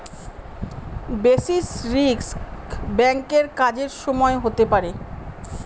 basis risk ব্যাঙ্কের কাজের সময় হতে পারে